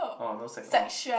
orh no sex all